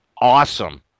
awesome